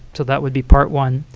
so that would be part one.